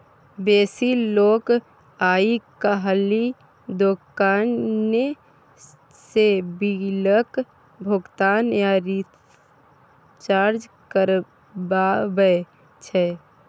बेसी लोक आइ काल्हि दोकाने सँ बिलक भोगतान या रिचार्ज करबाबै छै